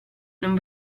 non